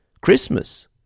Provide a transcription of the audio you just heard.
Christmas